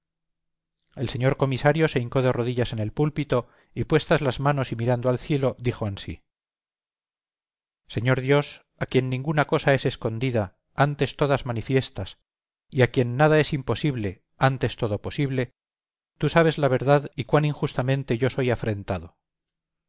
el señor comisario se hincó de rodillas en el púlpito y puestas las manos y mirando al cielo dijo ansí señor dios a quien ninguna cosa es escondida antes todas manifiestas y a quien nada es imposible antes todo posible tú sabes la verdad y cuán injustamente yo soy afrentado